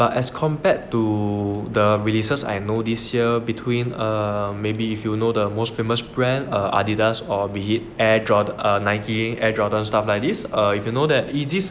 but as compared to the releases I know this year between err maybe if you know the most famous brand Adidas or be it air jordan err Nike air jordan stuff like this err